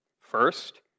first